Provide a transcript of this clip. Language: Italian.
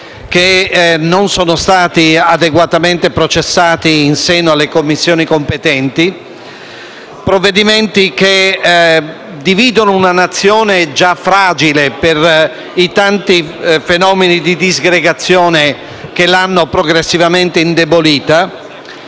che non sono stati adeguatamente processati in seno alle Commissioni competenti, provvedimenti che dividono una Nazione già fragile per i tanti fenomeni di disgregazione che l'hanno progressivamente indebolita.